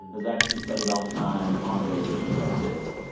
there's actually studies all the time on wage issues like this.